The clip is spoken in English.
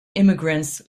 immigrants